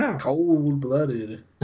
cold-blooded